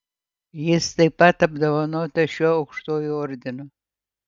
jis taip pat apdovanotas šiuo aukštuoju ordinu